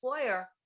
employer